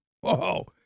Whoa